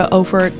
over